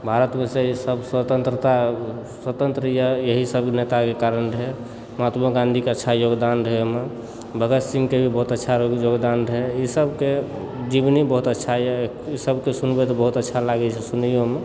भारतमे जे छै सब स्वतन्त्रता स्वतन्त्र यऽ अहि सब नेताके कारण छै महात्मो गाँधीके अच्छा योगदान रहनि ओहिमे भगत सिंहके भी बहुत अच्छा योगदान रहनि ई सबके जीवनी बहुत अच्छा यऽ ई सबके सुनबै तऽ बहुत अच्छा लागैत छै सुनहोमे